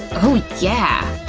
oh yeah.